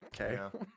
Okay